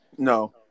No